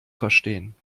verstehen